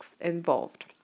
involved